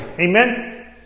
Amen